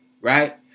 right